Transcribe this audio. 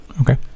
Okay